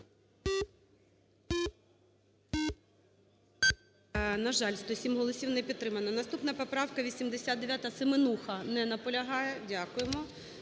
На жаль, 107 голосів – не підтримано. Наступна, поправка 89, Семенуха. Не наполягає. Дякуємо.